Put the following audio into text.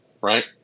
right